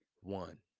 one